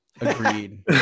Agreed